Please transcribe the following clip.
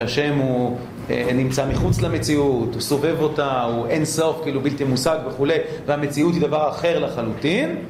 השם הוא נמצא מחוץ למציאות, הוא סובב אותה, הוא אין סוף כאילו בלתי מושג וכולי, והמציאות היא דבר אחר לחלוטין.